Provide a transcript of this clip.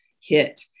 hit